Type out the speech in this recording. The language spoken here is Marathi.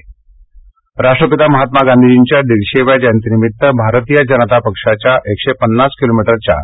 रत्नागिरी राष्ट्रपिता महात्मा गांधीजींच्या दीडशेव्या जयंतीनिमित्त भारतीय जनता पक्षाच्या एकशे पन्नास किलोमीटरच्या